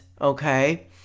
okay